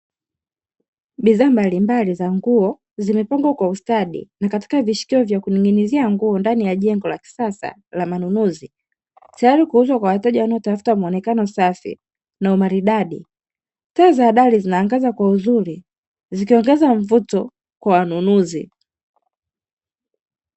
Bidhaa mbalimbali mbali za nguo zimepambwa kwa ustadi na katika vishikizo vya kunyunyizia nguo ndani ya jengo la kisasa la manunuzi, tayari kuuzwa kwa wateja wanaotafuta mwonekano safi na umaridadi fedha habari zinaangaza kwa uzuri zikiongeza mvuto kwa wanunuzi.